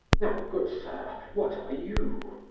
now, good sir, what are you?